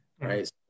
right